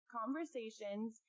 conversations